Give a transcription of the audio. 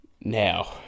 Now